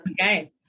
Okay